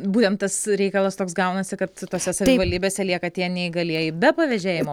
būtent tas reikalas toks gaunasi kad tose savivaldybėse lieka tie neįgalieji be pavėžėjimo